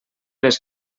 les